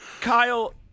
Kyle